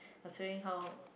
considering how